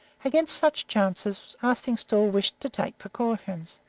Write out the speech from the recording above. against such chances arstingstall wished to take precautions,